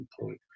point